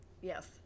Yes